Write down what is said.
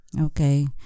Okay